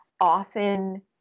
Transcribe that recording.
often